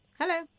Hello